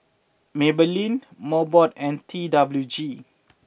Maybelline Mobot and T W G